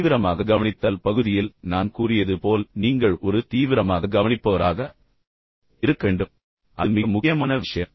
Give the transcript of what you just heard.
தீவிரமாக கவனித்தல் பகுதியில் நான் கூறியது போல் நீங்கள் ஒரு தீவிரமாக கவனிப்பவராக இருக்க வேண்டும் மற்றும் ஆனால் அது மிக முக்கியமான விஷயம்